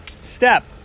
step